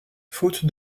faute